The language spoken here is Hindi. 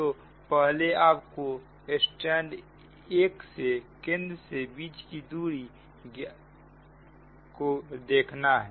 जो पहले आपको स्ट्रैंड 1 से केंद्र से केंद्र के बीच की दूरी को देखना है